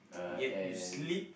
yet you sleep